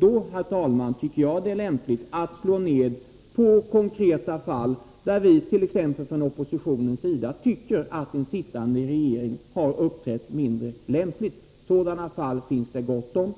Då, herr talman, tycker jag det är lämpligt att slå ned på konkreta fall där vi från t.ex. oppositionens sida tycker att den sittande regeringen uppträtt mindre lämpligt. Sådana fall finns det gott om,